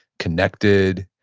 connected,